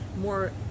more